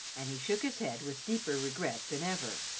and he shook his head with deeper regret than ever.